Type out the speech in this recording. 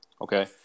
okay